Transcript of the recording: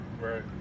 Right